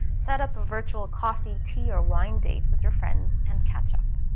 set up a virtual coffee tea or wine date with your friends and catch up.